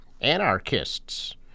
anarchists